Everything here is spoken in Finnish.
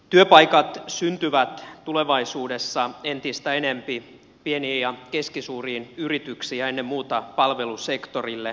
työpaikat syntyvät tulevaisuudessa entistä enempi pieniin ja keskisuuriin yrityksiin ja ennen muuta palvelusektorille